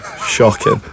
Shocking